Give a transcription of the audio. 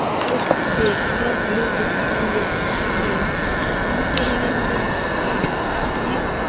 ಅಷ್ಟು ಬೇಕಾರ ಹಡಿ ಇದ್ದಿತು ಟು ಇಯರ್ಸ್ ಕೆಳಗೆ ಈಗೇನಾಗಿದೆ ಬಟ್ ಈಗ